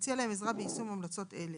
ותציע להם עזרה ביישום המלצות אלה,